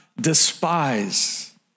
despise